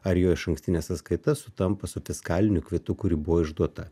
ar jo išankstinė sąskaita sutampa su fiskaliniu kvitu kuri buvo išduota